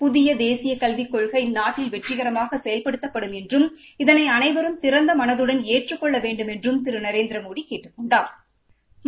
புதிய தேசிய கல்விக் கொள்கை நாட்டில் வெற்றிகரமாக செயல்படுத்தப்படும் என்றும் இதனை அனைவரும் திறந்த மனதுடன் ஏற்றுக் கொள்ள வேண்டுமென்றும் திரு நரேந்திரமோடி கேட்டுக் கொண்டாா்